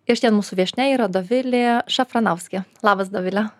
ir šiandien mūsų viešnia yra dovilė šafranauskė labas dovile